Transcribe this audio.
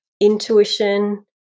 intuition